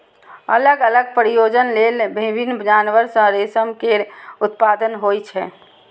अलग अलग प्रयोजन लेल विभिन्न जानवर सं रेशम केर उत्पादन होइ छै